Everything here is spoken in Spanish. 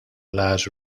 las